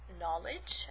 knowledge